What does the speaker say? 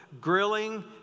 grilling